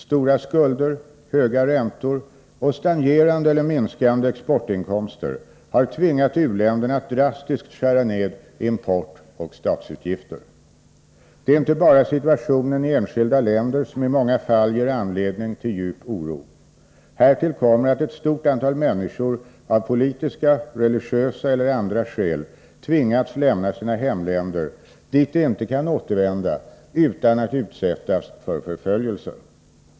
Stora skulder, höga räntor och stagnerande eller minskande exportinkomster har tvingat u-länderna att drastiskt skära ned import och statsutgifter. Det är inte bara situationen i enskilda länder som i många fall ger anledning till djup oro. Härtill kommer att ett stort antal människor av politiska, religiösa eller andra skäl tvingats lämna sina hemländer, dit de inte kan återvända utan att utsättas för förföljelser.